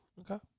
Okay